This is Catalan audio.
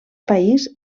país